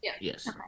Yes